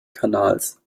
kanals